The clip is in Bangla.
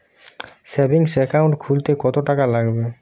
সেভিংস একাউন্ট খুলতে কতটাকা লাগবে?